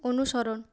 অনুসরণ